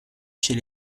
chez